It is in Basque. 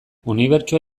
unibertsoa